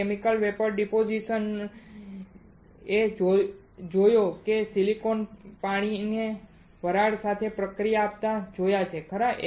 તમે chemical vapour deposition એ રીતે જોયો છે કે તમે સિલિકોનને પાણીની વરાળ સાથે પ્રતિક્રિયા આપતા જોયા છે ખરા